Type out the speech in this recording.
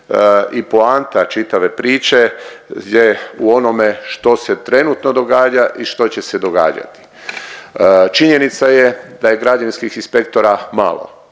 i poanta čitave priče je u onome što se trenutno događa i što će se događati. Činjenica je da je građevinskih inspektora malo,